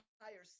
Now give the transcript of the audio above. higher